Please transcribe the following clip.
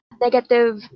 negative